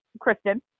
Kristen